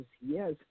yes